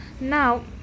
Now